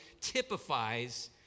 typifies